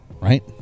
right